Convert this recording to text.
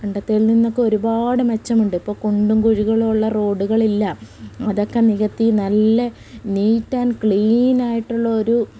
പണ്ടത്തേതിൽ നിന്നൊക്കെ ഒരുപാട് മെച്ചമുണ്ട് ഇപ്പോൾ കുണ്ടും കുഴികളുമുള്ള റോഡുകളില്ല അതൊക്കെ നികത്തി നല്ല നീറ്റ് ആൻഡ് ക്ലീൻ ആയിട്ടുള്ള ഒരു